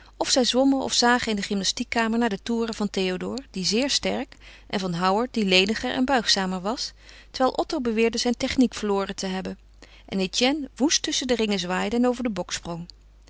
of zij zwommen of zagen in de gymnastiekkamer naar de toeren van théodore die zeer sterk en van howard die leniger en buigzamer was terwijl otto beweerde zijn techniek verloren te hebben en etienne woest tusschen de ringen zwaaide en over den bok sprong